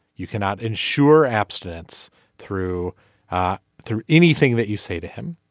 you cannot ensure abstinence through through anything that you say to him.